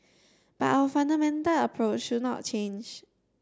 but our fundamental approach should not change